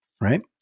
right